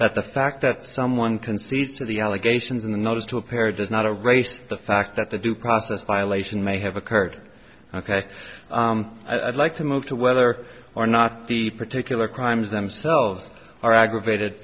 that the fact that someone concedes to the allegations in the notice to appear does not a race the fact that the due process violation may have occurred ok i'd like to move to whether or not the particular crimes themselves are aggravated